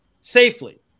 safely